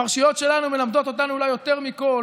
הפרשיות שלנו מלמדות אותנו אולי יותר מכול